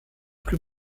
plus